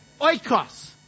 Oikos